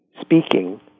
speaking